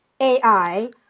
AI